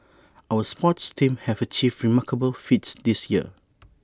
our sports teams have achieved remarkable feats this year